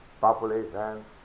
population